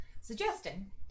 suggesting